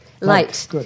Light